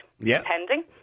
depending